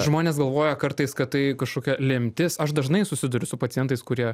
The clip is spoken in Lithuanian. žmonės galvoja kartais kad tai kažkokia lemtis aš dažnai susiduriu su pacientais kurie